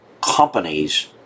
companies